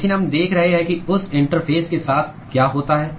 लेकिन हम देख रहे हैं कि उस इंटरफेस के साथ क्या होता है